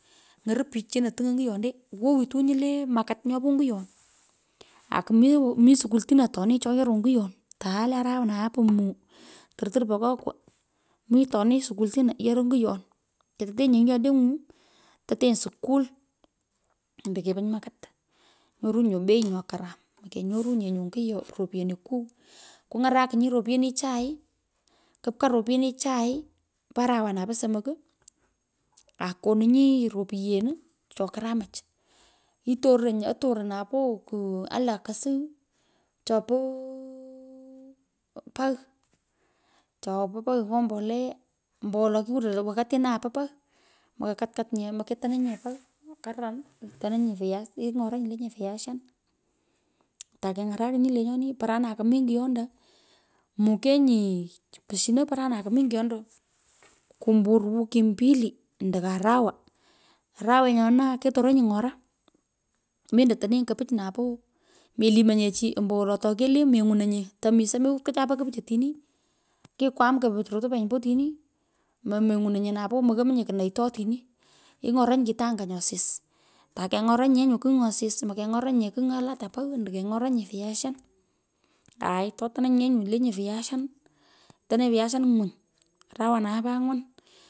Ng’oru pich chino tiny onguyonde. wowiyu nyu le makit nyopo onyuyon. aku mi skultino atoni cho yoroi onguyon tae le arawanue po muu turtur pokokwo. mitoni skultino yoroi onguyon. ketetenyi nyoyongdeng’u. tetenyi skul ando kepenyi makit nyorunyi nyu bei nyo karam. mokenye nye ropyeniku kung’arakiny. ropyenichai kupka ropyenichai po arawanai po somok aa koninyi ropyen cho karamach. itoronyi. atoron napoo ku ayalan kosuw cho poo pagh chopo pagh nyo mbuleye ombowolo mi kurele wakatinae po pagh. Mokokatkanyo. moketenenyi nye pagh karuran itenenyi viasin. ing’oranyi lenye viasian. Takeng’arakinyi lenyoni. paranoi komi nyayondo. mukenyi pushino paranai komi nyoyondo kumbar wiki mbili ando ko arawa. arawe nyo naa ketoronyi ng’orai. mendo tonenyi kupich napoo. Melimonyee chi ombowolo tokilim menywunonye. tomi someut ko chai po kopich atini. kikwam kopich rotuba enyi ombo otini. mengwonoinye napo. moyomonye kunoito otini. iny’oranyi kito anya nyo sis. Takeng’oranyi yee kigh nyo sis. mekony’oranyi nye kigh nyo lata pagh ando keny’otanyi viasian. aai. ato tononyi yee lenye viasian. tononyi viasian ngwony arawanane angwan.